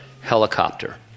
helicopter